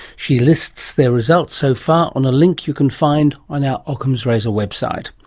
she lists their results so far on a link you can find on our ockham's razor website.